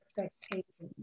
expectations